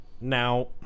now